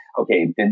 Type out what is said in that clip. okay